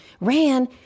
Ran